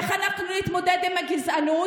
איך אנחנו נתמודד עם הגזענות?